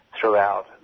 throughout